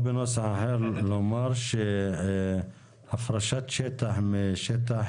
בנוסח אחר לומר שהפרשת שטח משטח